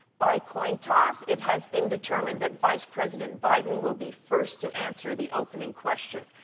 by coin toss, it has been determined that vice president biden will be first to answer the opening question.